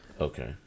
Okay